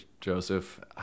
Joseph